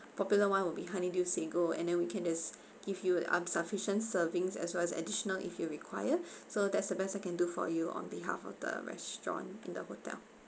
popular one will be honeydew sago and then we can just give you um sufficient servings as well as additional if you require so that's the best I can do for you on behalf of the restaurant in the hotel